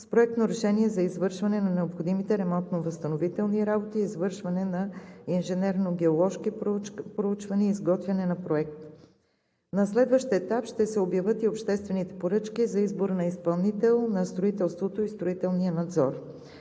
с проектно решение за извършване на необходимите ремонтно-възстановителни работи, извършване на инженерно-геоложки проучвания и изготвяне на проект. На следващ етап ще се обявят и обществените поръчки за избор на изпълнител на строителството и строителния надзор.